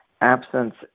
absence